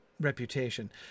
reputation